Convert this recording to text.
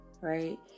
right